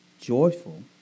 joyful